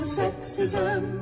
sexism